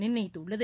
நிர்ணயித்துள்ளது